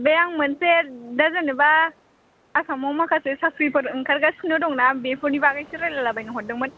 बे आं मोनसे दा जेन'बा आसामआव माखासे साख्रिफोर ओंखारगासिनो दंना बेफोरनि बागै एसे रायज्लायला बायनो हरदोंमोन